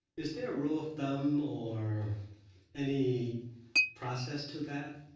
is there a rule of thumb or any process to that?